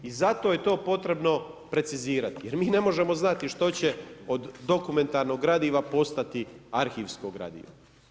I zato je to potrebno precizirati jer mi ne možemo znati što će od dokumentarnog gradiva postati arhivsko gradivo.